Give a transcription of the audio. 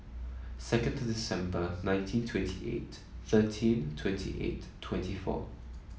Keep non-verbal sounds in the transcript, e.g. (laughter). second (unintelligible) December nineteen twenty eight thirteen twenty eight twenty four